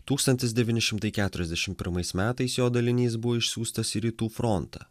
tūkstantis devyni šimtai keturiasdešim pirmais metais jo dalinys buvo išsiųstas į rytų frontą